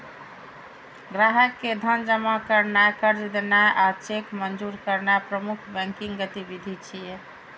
ग्राहक के धन जमा करनाय, कर्ज देनाय आ चेक मंजूर करनाय प्रमुख बैंकिंग गतिविधि छियै